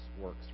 works